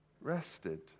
rested